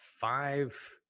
five